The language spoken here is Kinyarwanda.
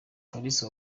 kalisa